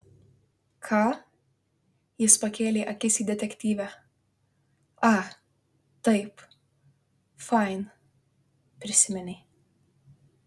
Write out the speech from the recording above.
ką jis pakėlė akis į detektyvę a taip fain prisiminė